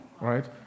Right